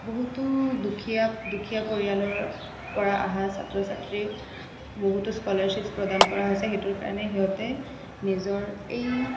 বহুতো দুখীয়া দুখীয়া পৰিয়ালৰ পৰা অহা ছাত্ৰ ছাত্ৰীক বহুতো স্কলাৰশ্বিপছ্ প্ৰদান কৰা হৈছে সেইটোৰ কাৰণে সিহঁতে নিজৰ এই